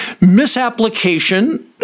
misapplication